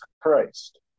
Christ